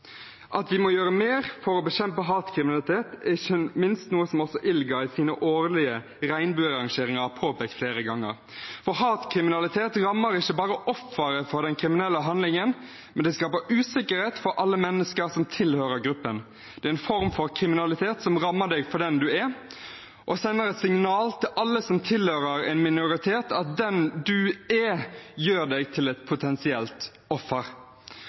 At vi må gjøre mer for å bekjempe hatkriminalitet, er ikke minst noe som også ILGA i sine årlige regnbuerangeringer har påpekt flere ganger, for hatkriminalitet rammer ikke bare offeret for den kriminelle handlingen, men det skaper usikkerhet for alle mennesker som tilhører gruppen. Det er en form for kriminalitet som rammer en for den man er, og som sender et signal til alle som tilhører en minoritet, om at den man er, gjør en til et potensielt offer.